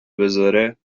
بذاره